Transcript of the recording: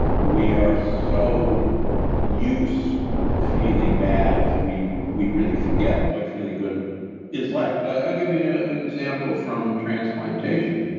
we are so used to feeling bad that we we really forget what feeling good is like i'll give you an ah example from transplantation.